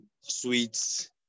sweets